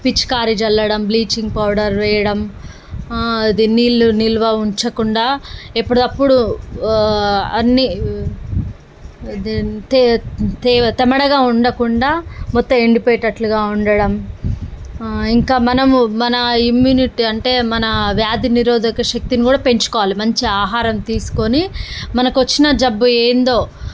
పిచికారి జల్లడం bleaching powder వేయడం అది నీళ్ళు నిల్వ ఉంచకుండా ఎప్పటిది అప్పుడు అన్ని అదే తే తే తెమ్మడగా ఉండకుండా మొత్తం ఎండిపోయేటట్లుగా ఉండడం ఇంకా మనము మన ఇమ్యూనిటీ అంటే మన వ్యాధి నిరోధక శక్తిని కూడా పెంచుకోవాలి మంచిగా ఆహారం తీసుకొని మనకి వచ్చిన జబ్బు ఏంటో